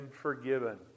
forgiven